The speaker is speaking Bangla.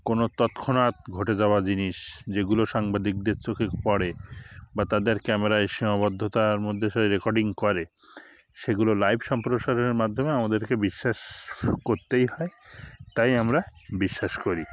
কোনও তৎক্ষণাৎ ঘটে যাওয়া জিনিস যেগুলো সাংবাদিকদের চোখে পড়ে বা তাদেরকে আমরা এই সীমাবদ্ধতার মধ্যে এসে রেকর্ডিং করে সেগুলো লাইভ সম্প্রসারণের মাধ্যমে আমাদেরকে বিশ্বাস করতেই হয় তাই আমরা বিশ্বাস করি